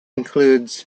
includes